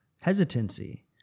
hesitancy